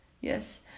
yes